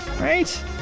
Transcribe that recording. right